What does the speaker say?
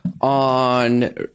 on